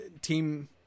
team